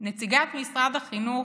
נציגת משרד החינוך,